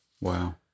Wow